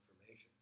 information